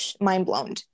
Mind-blown